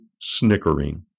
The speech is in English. snickering